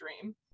dream